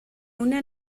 una